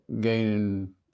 gaining